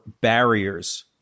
barriers